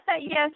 Yes